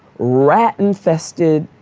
rat infested,